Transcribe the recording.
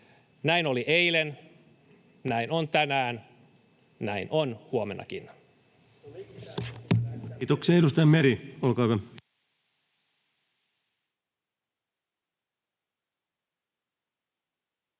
Näin oli eilen, näin on tänään, näin on huomennakin.